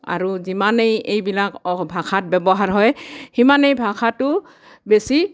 আৰু যিমানেই এইবিলাক অ ভাষাত ব্যৱহাৰ হয় সিমানেই ভাষাটো বেছি